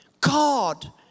God